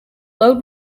load